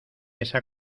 esa